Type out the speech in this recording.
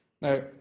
Now